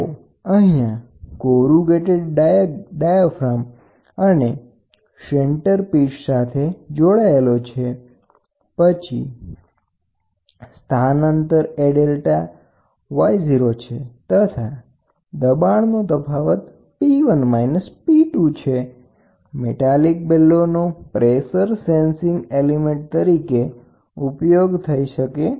તો અહીંયા કોરુગેટેડ ડાયાગ્રામને સેન્ટર પીસમાં રાખવામાં આવેલ છે પછી સ્થાનાંતર aΔ yoછે તથા દબાણ નો તફાવત P1−P2 છે મેટાલિક બેલોનો પ્રેસર સેન્સિંગ એલિમેન્ટ તરીકે ઉપયોગ થઈ શકે છે